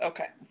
Okay